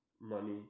money